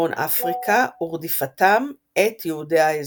מצפון אפריקה ורדיפתם את יהודי האזור.